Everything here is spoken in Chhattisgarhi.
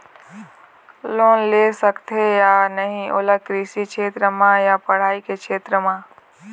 लोन ले सकथे या नहीं ओला कृषि क्षेत्र मा या पढ़ई के क्षेत्र मा?